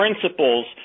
principles